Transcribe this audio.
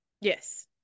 yes